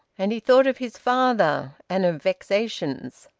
and he thought of his father and of vexations.